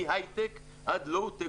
מהייטק עד לואוטק,